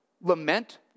lament